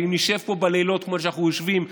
אם נשב פה בלילות כמו שאנחנו יושבים בחוקי-היסוד,